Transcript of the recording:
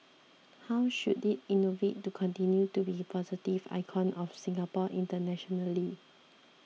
how should it innovate to continue to be positive icon of Singapore internationally